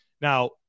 Now